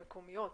מקומיות,